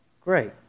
Great